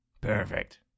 Perfect